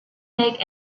make